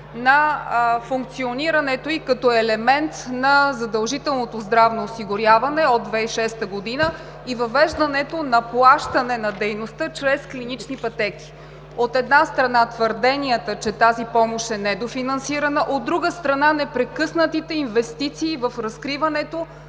на функционирането й като елемент на задължителното здравно осигуряване от 2006 г. и въвеждането на плащане на дейността чрез клинични пътеки? От една страна, твърденията, че тази помощ е недофинансирана; от друга страна, непрекъснатите инвестиции в разкриването